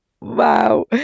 Wow